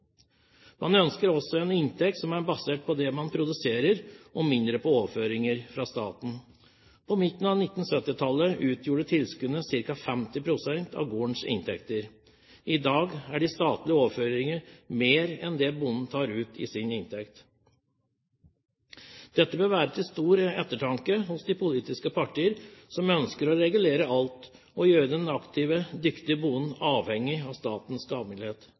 Man ønsker også en inntekt som er basert på det man produserer, og mindre på overføringer fra staten. På midten av 1970-tallet utgjorde tilskuddene ca. 50 pst. av gårdens inntekter. I dag er de statlige overføringer mer enn det bonden tar ut i inntekt. Dette bør være til stor ettertanke for de politiske partier som ønsker å regulere alt og gjøre den aktive, dyktige bonden avhengig av statens gavmildhet.